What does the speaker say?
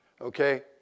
Okay